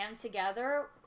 together